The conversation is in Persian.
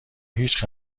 هیچ